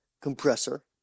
compressor